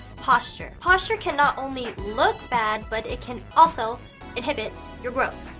posture. posture cannot only look bad, but it can also inhibit your growth.